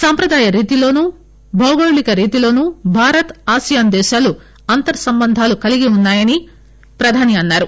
సంప్రదాయ రీతిలోనూ భౌగోలిక రీతిలోనూ భారత్ ఆసియాన్ దేశాలు అంతర్ సంబంధాలు కలిగి ఉన్నాయని ప్రధాని అన్నారు